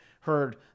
heard